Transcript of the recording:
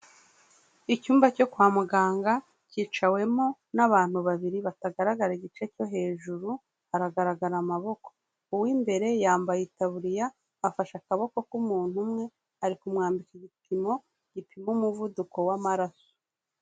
Icyumba cyo kwa muganga cyicawemo n'abantu babiri batagaragara igice cyo hejuru haragaragara amaboko, uw'imbere yambaye itaburiya afashe akaboko k'umuntu umwe, ari kumwambika igipimo gipima umuvuduko w'amaraso.